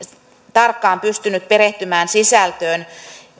tarkkaan pystynyt perehtymään sisältöön